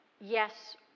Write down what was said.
yes